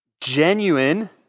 genuine